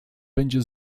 będzie